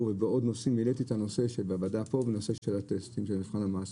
ובעוד נושאים והעליתי את הנושא בוועדה פה של המבחן המעשי,